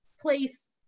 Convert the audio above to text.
place